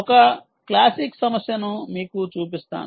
ఒక క్లాసిక్ సమస్యను మీకు చూపిస్తాను